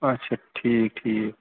اچھا ٹھیٖک ٹھیٖک